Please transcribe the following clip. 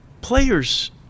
Players